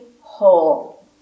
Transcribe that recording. whole